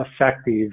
effective